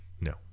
No